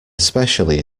especially